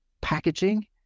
packaging